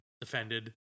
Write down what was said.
defended